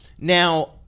Now